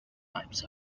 types